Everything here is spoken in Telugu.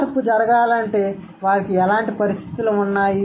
మార్పు జరగాలంటే వారికి ఎలాంటి పరిస్థితులు ఉన్నాయి